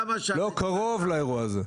לא קרוב לאירוע הזה.